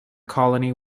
colony